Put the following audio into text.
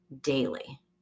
daily